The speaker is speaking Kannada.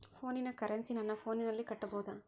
ಫೋನಿನ ಕರೆನ್ಸಿ ನನ್ನ ಫೋನಿನಲ್ಲೇ ಕಟ್ಟಬಹುದು?